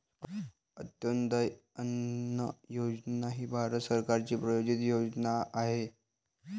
अंत्योदय अन्न योजना ही भारत सरकारची प्रायोजित योजना आहे